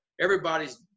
everybody's